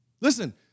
Listen